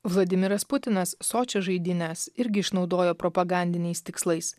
vladimiras putinas sočio žaidynes irgi išnaudojo propagandiniais tikslais